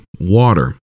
water